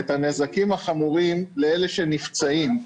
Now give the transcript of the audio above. את הנזקים החמורים לאלה שנפצעים.